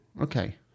Okay